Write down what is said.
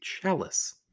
chalice